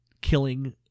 killing